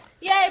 Yay